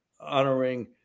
honoring